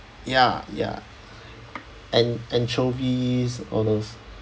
ya ya and anchovies all those